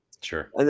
sure